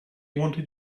wanted